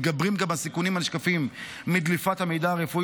מתגברים גם הסיכונים הנשקפים מדליפת המידע הרפואי